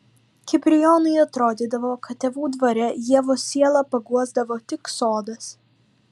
kiprijonui atrodydavo kad tėvų dvare ievos sielą paguosdavo tik sodas